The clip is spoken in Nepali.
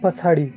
पछाडि